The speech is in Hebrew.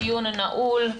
הדיון נעול.